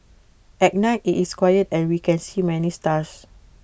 at night IT is quiet and we can see many stars